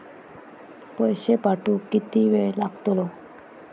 पैशे पाठवुक किती वेळ लागतलो?